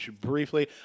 briefly